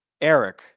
Eric